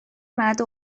banatu